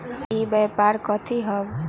ई व्यापार कथी हव?